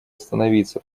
остановиться